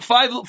Five